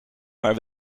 maar